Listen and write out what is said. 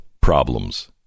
problems